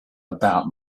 about